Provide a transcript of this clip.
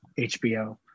HBO